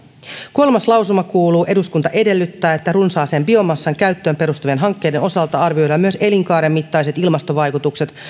kolmas lausuma kuuluu eduskunta edellyttää että runsaaseen biomassan käyttöön perustuvien hankkeiden osalta arvioidaan myös elinkaaren mittaiset ilmastovaikutukset